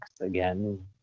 again